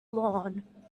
lawn